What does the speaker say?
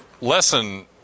lesson